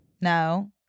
No